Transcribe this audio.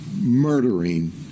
murdering